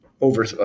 over